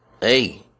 Hey